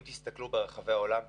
אם תסתכלו ברחבי העולם,